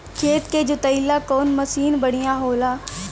खेत के जोतईला कवन मसीन बढ़ियां होला?